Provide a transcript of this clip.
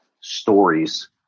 stories